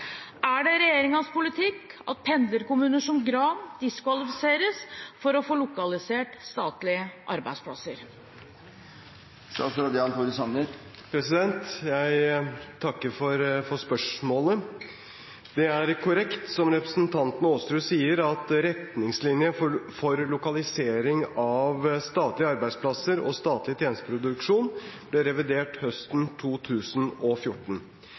Er det regjeringens politikk at pendlerkommuner som Gran diskvalifiseres for å få lokalisert statlige arbeidsplasser?» Jeg takker for spørsmålet. Det er korrekt som representanten Aasrud sier, at retningslinjene for lokalisering av statlige arbeidsplasser og statlig tjenesteproduksjon ble revidert høsten 2014.